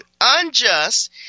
unjust